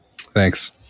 Thanks